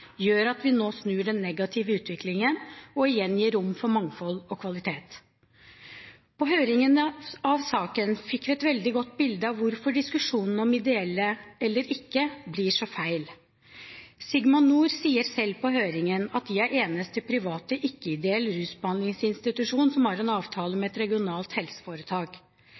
gjør at vi nå snur den negative utviklingen og igjen gir rom for mangfold og kvalitet. På høringen av saken fikk vi et veldig godt bilde av hvorfor diskusjonen om ideelle aktører eller ikke, blir så feil. Sigma Nord sier selv på høringen at de er eneste private ikke-ideelle rusbehandlingsinstitusjon som har en avtale med et regionalt helseforetak.